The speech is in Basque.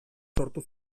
sortu